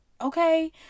Okay